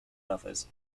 lovers